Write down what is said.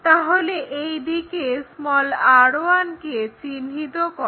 তাহলে এই দিকে r1 কে চিহ্নিত করো